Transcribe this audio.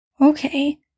Okay